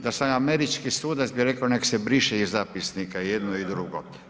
Da sam američki sudac bi rekao neka se briše iz zapisnika jedno i drugo.